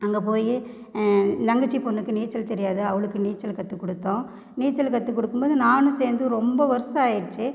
அங்கே போய் என் தங்கச்சி பொண்ணுக்கு நீச்சல் தெரியாது அவளுக்கு நீச்சல் கற்று கொடுத்தோம் நீச்சல் கற்று கொடுக்கும் போது நானும் சேர்ந்து ரொம்ப வருஷம் ஆயிடுச்சு